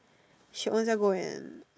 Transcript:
she ownself go and